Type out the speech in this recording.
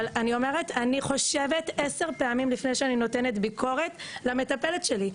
אבל אני אומרת אני חושבת 10 פעמים לפני שאני נותנת ביקורת למטפלת שלי,